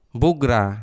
bugra